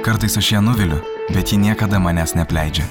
kartais aš ją nuviliu bet ji niekada manęs neapleidžia